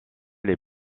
les